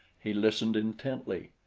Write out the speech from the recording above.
he listened intently.